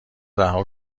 رها